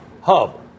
hub